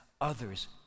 others